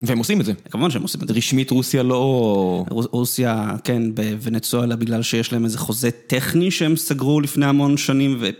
והם עושים את זה, כמובן שהם עושים את זה. רשמית רוסיה לא... רוסיה, כן, וונצאולה בגלל שיש להם איזה חוזה טכני שהם סגרו לפני המון שנים ו...